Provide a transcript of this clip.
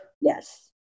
yes